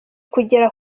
kugera